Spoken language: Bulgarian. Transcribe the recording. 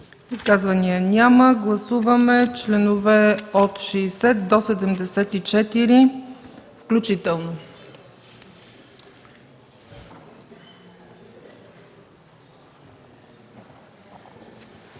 Изказвания? Няма. Гласуваме членове от 60 до 74 включително.